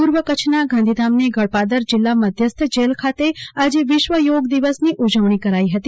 પૂર્વ કચ્છના ગાંધીધામની ગળપાદર જિલ્લા મધ્યસ્થ જેલ ખાતે આજે વિશ્વ યોગ દિવસની ઉજવણી કરાઈ હતી